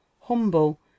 humble